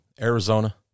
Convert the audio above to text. Arizona